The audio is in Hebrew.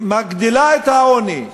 מגדילה את העוני.